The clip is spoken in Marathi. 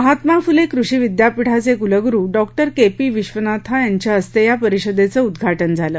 महात्मा फुले कृषी विद्यापीठाचे कुलगुरू डॉ के पी विधनाथा यांच्या हस्ते या परिषदेच उद्घाटन झालं